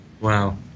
Wow